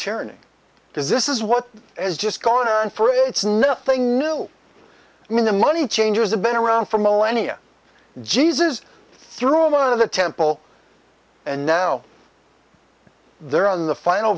tyranny does this is what has just gone around for it's nothing new i mean the money changers have been around for millennia jesus threw him out of the temple and now they're on the final